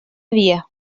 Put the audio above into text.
dia